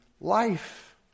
life